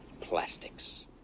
Plastics